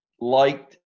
liked